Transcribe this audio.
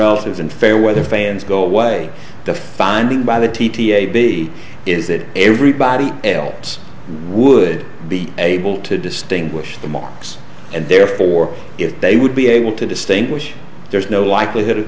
and fair weather fans go away the finding by the t t a b is that everybody else would be able to distinguish the marks and therefore if they would be able to distinguish there's no likelihood of